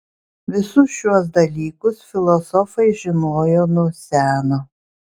visus šiuos dalykus filosofai žinojo nuo seno